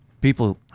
People